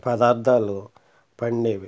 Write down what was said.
పదార్థాలు పండేవి